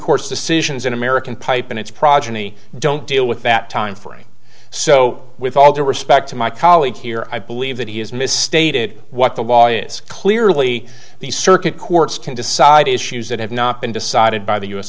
court's decisions in american pipe and its progeny don't deal with that timeframe so with all due respect to my colleague here i believe that he is misstated what the law is clearly the circuit courts can decide issues that have not been decided by the u